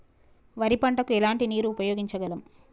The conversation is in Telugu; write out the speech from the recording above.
వరి పంట కు ఎలాంటి నీరు ఉపయోగించగలం?